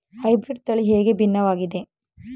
Hybrid ತಳಿ ಹೇಗೆ ಭಿನ್ನವಾಗಿದೆ?